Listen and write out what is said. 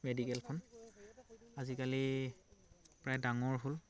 মেডিকেলখন আজিকালি প্ৰায় ডাঙৰ হ'ল